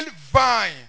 vine